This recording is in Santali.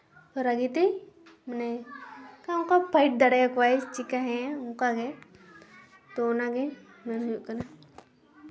ᱨᱟᱹᱜᱤ ᱛᱮ ᱢᱟᱱᱮᱭ ᱚᱱᱠᱟ ᱯᱷᱟᱹᱭᱤᱴ ᱫᱟᱲᱮ ᱠᱚᱣᱟᱭ ᱪᱤᱠᱟ ᱦᱮᱸ ᱚᱱᱠᱟᱜᱮ ᱛᱚ ᱚᱱᱟᱜᱮ ᱢᱮᱱ ᱦᱩᱭᱩᱜ ᱠᱟᱱᱟ